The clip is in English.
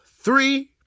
three